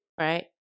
right